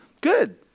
Good